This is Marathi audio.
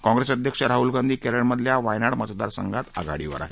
काँप्रेस अध्यक्ष राहुल गांधी केरळमधल्या वायनाड मतदारसंघात आघाडीवर आहेत